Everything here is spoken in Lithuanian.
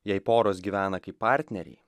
jei poros gyvena kaip partneriai